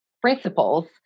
principles